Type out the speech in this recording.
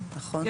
נכון?